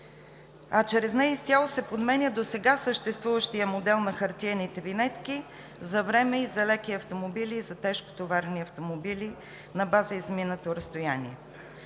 а чрез нея изцяло се подменя досега съществуващият модел на хартиените винетки за време – за леки автомобили, и за тежкотоварни автомобили на база изминато разстояние.